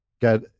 get